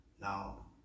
Now